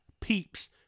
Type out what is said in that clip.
peeps